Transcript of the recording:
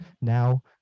Now